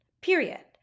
period